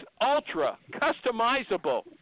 ultra-customizable